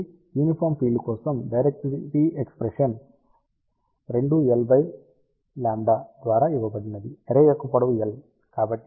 కాబట్టి uniform field కోసం directivity expression 2lλ ద్వారా ఇవ్వబడినది అర్రే యొక్క పొడవు l